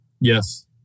Yes